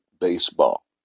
Baseball